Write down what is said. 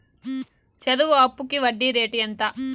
చదువు అప్పుకి వడ్డీ రేటు ఎంత?